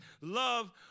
love